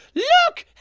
look!